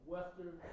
Western